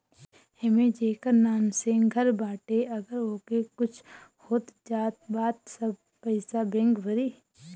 एमे जेकर नाम से घर बाटे अगर ओके कुछ हो जात बा त सब पईसा बैंक भरी